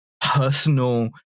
personal